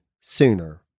sooner